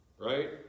Right